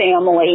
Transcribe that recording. family